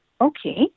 Okay